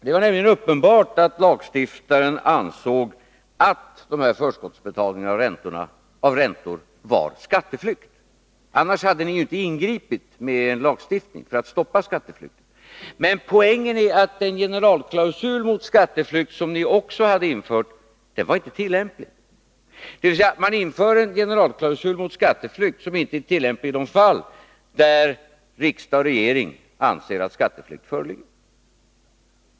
Det var uppenbart att lagstiftaren ansåg att förskottsbetalning av räntor var skatteflykt. Annars hade ni ju inte ingripit med en lagstiftning för att stoppa skatteflykt. Men poängen är att den generalklausul mot skatteflykt som ni också hade infört inte var tillämplig. Man införde en generalklausul mot skatteflykt som inte var tillämplig i de fall där riksdag och regering anser att skatteflykt föreligger.